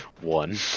one